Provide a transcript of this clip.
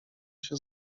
się